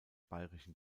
bayerischen